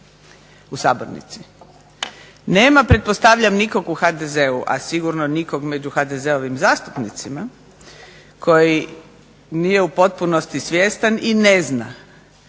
u sabornici. Nema pretpostavljam nikog u HDZ-u, a sigurno nikog među HDZ-ovim zastupnicima koji nije u potpunosti svjestan i ne zna